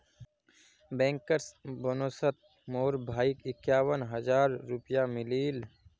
bankers बोनसोत मोर भाईक इक्यावन हज़ार रुपया मिलील